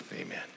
amen